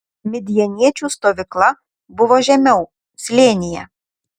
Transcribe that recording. midjaniečių stovykla buvo žemiau slėnyje